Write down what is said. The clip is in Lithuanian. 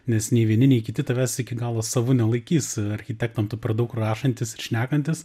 nes nei vieni nei kiti tavęs iki galo savu nelaikys architektam tu per daug rašantis ir šnekantis